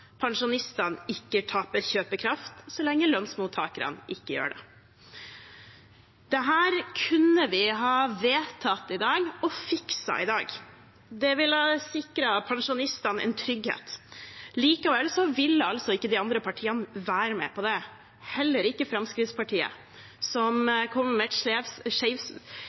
pensjonistene ikke taper kjøpekraft så lenge lønnsmottakerne ikke gjør det. Dette kunne vi ha vedtatt og fikset i dag. Det ville ha sikret pensjonistene en trygghet. Likevel ville ikke de andre partiene være med på det, heller ikke Fremskrittspartiet, som kom med et